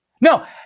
No